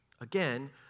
Again